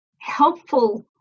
helpful